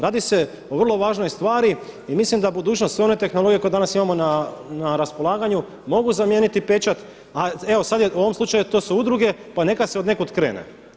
Radi se o vrlo važnoj stvari i mislim da budućnost, sve one tehnologije koje danas imamo na raspolaganju mogu zamijeniti pečat a evo sada je, u ovom slučaju to su udruge pa nekada se od nekud krene.